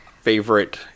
favorite